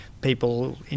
people